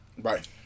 Right